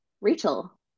Rachel